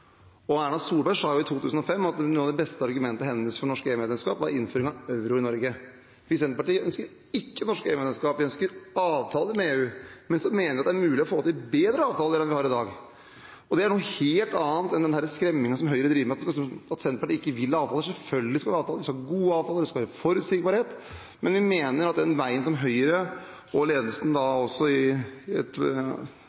Erna Solberg sa jo i 2005 at et av de beste argumentene hennes for norsk EU-medlemskap var innføringen av euro i Norge. Vi i Senterpartiet ønsker ikke norsk EU-medlemskap. Vi ønsker avtaler med EU, men vi mener at det er mulig å få til bedre avtaler enn vi har i dag. Det er noe helt annet enn den skremmingen som Høyre driver med om at Senterpartiet ikke vil ha avtaler. Selvfølgelig skal vi ha avtaler. Vi skal ha gode avtaler. Det skal være forutsigbarhet. Men vi mener at den veien som Høyre – ledelsen